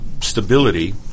stability